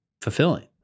fulfilling